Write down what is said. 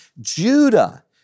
Judah